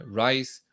rice